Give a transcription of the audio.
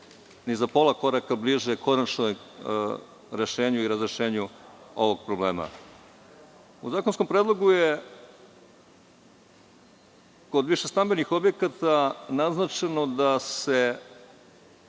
ni za pola koraka bliže konačnom rešenju i razrešenju ovog problema.U zakonskom predlogu je kod više stambenih objekata naznačeno da se